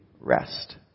rest